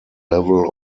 level